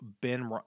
Ben